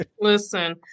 listen